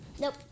Nope